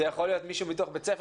זה יכול להיות מישהו מתוך בית הספר,